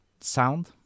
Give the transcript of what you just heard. sound